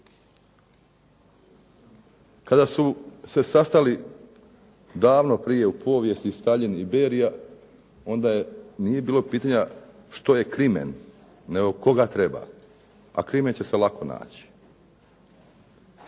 Kada su se sastali, davno prije u povijesti, Staljin i Berija, onda nije bilo pitanja što je crimen nego tko ga treba, a crimen će se lako naći.